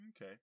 Okay